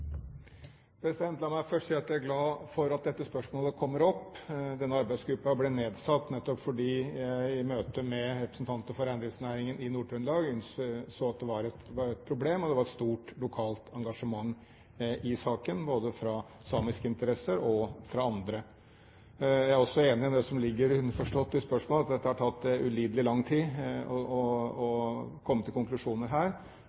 La meg først si at jeg er glad for at dette spørsmålet kommer opp. Denne arbeidsgruppen ble nedsatt nettopp fordi jeg i møte med representanter for reindriftsnæringen i Nord-Trøndelag så at det var et problem, og det var et stort lokalt engasjement i saken både fra samiske interesser og fra andre. Jeg er også enig i det som ligger underforstått i spørsmålet, at det har tatt ulidelig lang tid å komme til konklusjoner her.